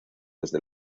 desde